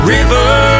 river